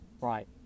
right